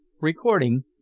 Recording